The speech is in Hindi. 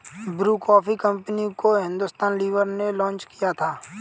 ब्रू कॉफी कंपनी को हिंदुस्तान लीवर ने लॉन्च किया था